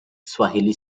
swahili